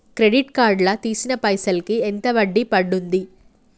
Credit card లా తీసిన పైసల్ కి ఎంత వడ్డీ పండుద్ధి?